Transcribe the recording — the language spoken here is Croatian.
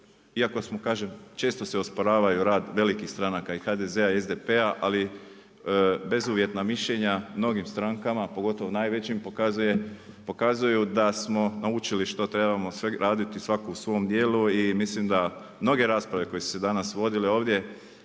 iako smo često se osporavaju rad velikih stranaka i HDZ-a i SDP-a, ali bezuvjetna mišljenja mnogim strankama pogotovo najvećim pokazuju da smo naučili što trebamo sve raditi svako u svom dijelu i mislim da mnoge rasprave koje su se danas vodile ovdje